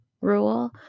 rule